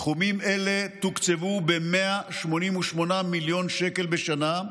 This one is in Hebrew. תחומים אלה תוקצבו ב-188 מיליון שקלים בשנה,